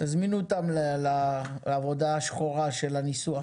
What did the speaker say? תזמינו אותם לעבודה השחורה של הניסוח.